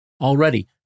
Already